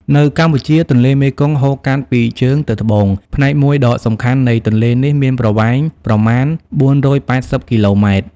នៅកម្ពុជា ទន្លេមេគង្គហូរកាត់ពីជើងទៅត្បូង ផ្នែកមួយដ៏សំខាន់នៃទន្លេនេះមានប្រវែងប្រមាណ ៤៨០ គីឡូម៉ែត្រ។